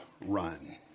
run